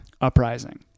Uprising